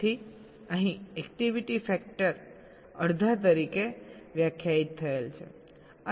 તેથી અહીં activity factor અડધા તરીકે વ્યાખ્યાયિત થયેલ છે